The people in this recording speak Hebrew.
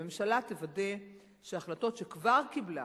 הממשלה תוודא שהחלטות שהיא כבר קיבלה